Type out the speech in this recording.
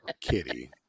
Kitty